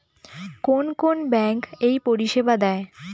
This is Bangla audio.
কোন কোন ব্যাঙ্ক এই পরিষেবা দেয়?